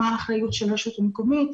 מה האחריות של רשות מקומית,